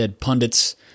Pundits